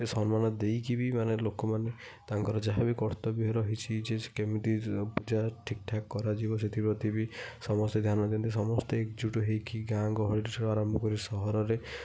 ଏତେ ସମ୍ମାନ ଦେଇକି ବି ମାନେ ଲୋକମାନେ ତାଙ୍କର ଯାହା ବି କର୍ତ୍ତବ୍ୟ ରହିଛି ଯେ ସେ କେମିତି ପୂଜା ଠିକ୍ ଠାକ୍ କରାଯିବ ସେଥିପ୍ରତି ବି ସମସ୍ତେ ଧ୍ୟାନ ଦିଅନ୍ତି ସମସ୍ତେ ଏକଜୁଟ୍ ହେଇକି ଗାଁ ଗହଳିଠାରୁ ଆରମ୍ଭ କରି ସହର ରେ